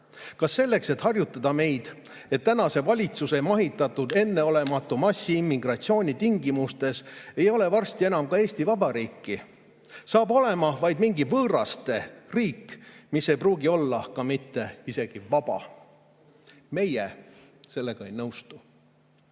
Kas selleks, et harjutada meid, et tänase valitsuse mahitatud enneolematu massiimmigratsiooni tingimustes ei ole varsti enam ka Eesti Vabariiki. Saab olema vaid mingi võõraste riik, mis ei pruugi olla ka mitte isegi vaba. Meie sellega ei nõustu. Seega,